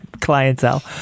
clientele